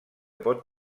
pot